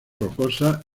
rocosas